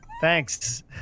Thanks